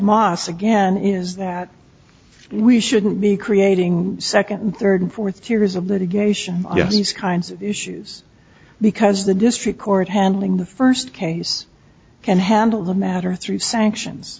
must again is that we shouldn't be creating second third and fourth years of litigation yes kinds of issues because the district court handling the first case can handle the matter through sanctions